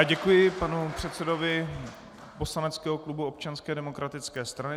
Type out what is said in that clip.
Děkuji panu předsedovi poslaneckého klubu Občanské demokratické strany.